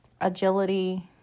agility